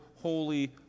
holy